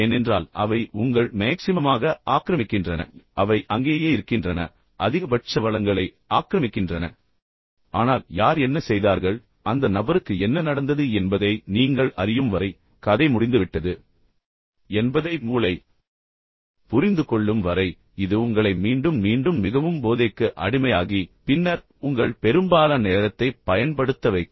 ஏனென்றால் அவை உங்கள் occupy மேக்சிமம் அவை அங்கேயே இருக்கின்றன அதிகபட்ச வளங்களை ஆக்கிரமிக்கின்றன ஆனால் யார் என்ன செய்தார்கள் அந்த நபருக்கு என்ன நடந்தது என்பதை நீங்கள் அறியும் வரை கதை முடிந்துவிட்டது என்பதை மூளை புரிந்துகொள்ளும் வரை இது உங்களை மீண்டும் மீண்டும் மிகவும் போதைக்கு அடிமையாகி பின்னர் உங்கள் பெரும்பாலான நேரத்தைப் பயன்படுத்த வைக்கும்